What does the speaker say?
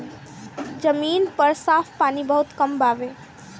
जमीन पर साफ पानी बहुत कम बावे